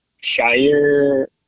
Shire